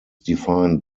defined